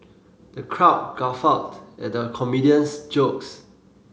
the crowd guffawed at the comedian's jokes